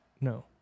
No